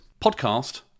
Podcast